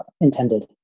intended